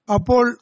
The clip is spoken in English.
Apol